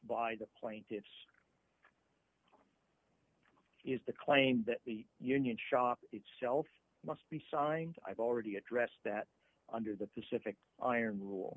by the plaintiffs is the claim that the union shop itself must be signed i've already addressed that under the pacific iron rule